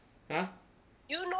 !huh!